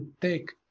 take